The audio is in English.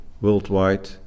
worldwide